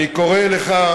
אני קורא לך,